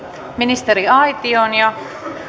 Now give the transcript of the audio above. ministeriaitioon